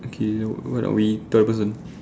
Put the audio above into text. okay w~ what are we tell the person